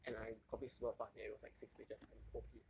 and I copied super fast eh it was like six pages I'm O_P